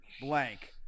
blank